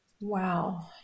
Wow